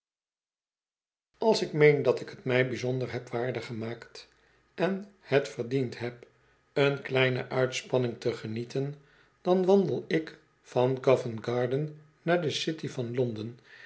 als ik meen dat ik t mij bijzonder heb waardig gemaakt en het verdiend heb een kleine uitspanning te genieten dan wandel ik van coventgarden naar de city van londen